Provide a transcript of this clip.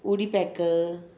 woody pecker